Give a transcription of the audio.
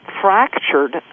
fractured